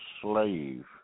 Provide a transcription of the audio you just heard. slave